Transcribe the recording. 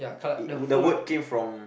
the word came from